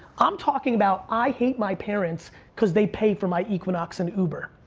i'm talking about, i hate my parents cause they pay for my equinox and uber.